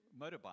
motorbike